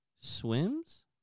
swims